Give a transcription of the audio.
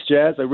Jazz